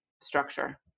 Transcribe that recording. structure